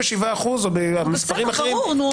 ב-87% או במספרים אחרים --- בסדר גמור, נו.